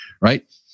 right